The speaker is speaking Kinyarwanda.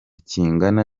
kingana